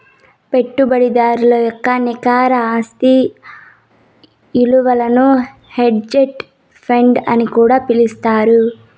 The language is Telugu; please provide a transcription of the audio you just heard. పెట్టుబడిదారుల యొక్క నికర ఆస్తి ఇలువను హెడ్జ్ ఫండ్ అని కూడా పిలుత్తారు